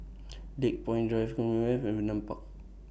Lakepoint Drive Commonwealth Vernon Park